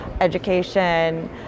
education